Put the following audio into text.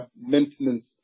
maintenance